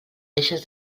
deixes